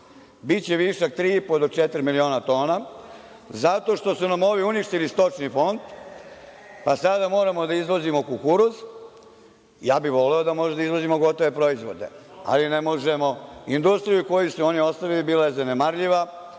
Biće višak tri i po do četiri miliona tona zato što su nam ovi uništili stočni fond, pa sada moramo da izvozimo kukuruz. Ja bih voleo da možemo da izvozimo gotove proizvode, ali ne možemo, industrija koju su oni ostavili bila je zanemarljiva.